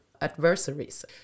adversaries